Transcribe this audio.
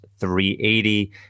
380